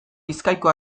bizkaiko